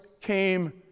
came